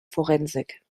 forensik